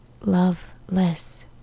Love-less